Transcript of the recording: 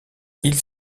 ils